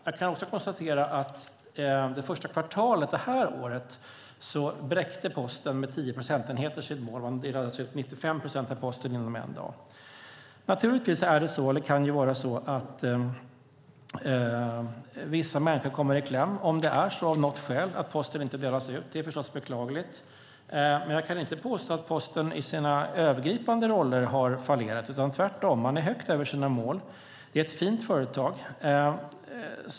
Jag kan också konstatera att det första kvartalet det här året bräckte Posten sitt mål med 10 procentenheter. Man delade alltså ut 95 procent av posten inom en dag. Naturligtvis kan det vara så att vissa människor kommer i kläm om posten av något skäl inte delas ut. Det är förstås beklagligt. Men jag kan inte påstå att Posten i sina övergripande roller har fallerat. Tvärtom når man högt över sina mål. Det är ett fint företag.